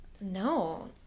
No